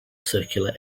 circular